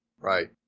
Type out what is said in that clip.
Right